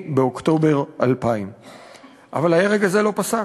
8 באוקטובר 2000. אבל ההרג הזה לא פסק.